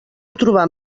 trobar